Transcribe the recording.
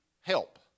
help